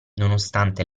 nonostante